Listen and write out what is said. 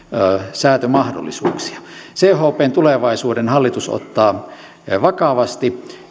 säätömahdollisuuksia chpn tulevaisuuden hallitus ottaa vakavasti